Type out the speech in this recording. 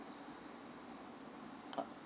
uh